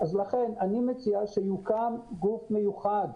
לכן אני מציע שיוקם גוף מיוחד.